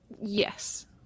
Yes